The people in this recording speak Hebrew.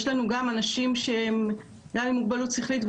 יש לנו אנשים שהם גם עם מוגבלות שכלית,